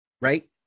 right